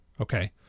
okay